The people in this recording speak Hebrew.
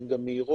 הן גם מהירות,